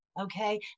Okay